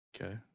Okay